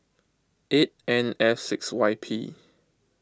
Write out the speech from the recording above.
eight N F six Y P